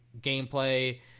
gameplay